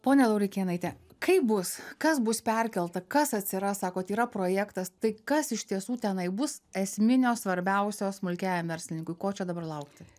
ponia laurikėnaite kaip bus kas bus perkelta kas atsiras sakot yra projektas tai kas iš tiesų tenai bus esminio svarbiausio smulkiajam verslininkui ko čia dabar laukti